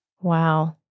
Wow